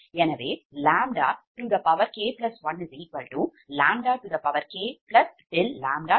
எனவே ʎk1ʎk∆ʎk